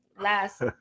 last